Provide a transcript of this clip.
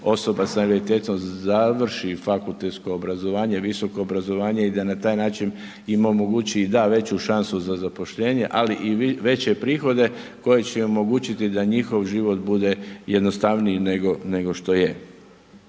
osoba s invaliditetom završi fakultetsko obrazovanje, visoko obrazovanje i da na taj način im omogući da veću šansu za zaposlenje, ali i veće prihode, koji će omogućiti da njihov život bude jednostavniji nego što je.